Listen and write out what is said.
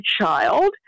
child